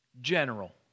general